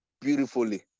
beautifully